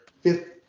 fifth